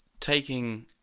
taking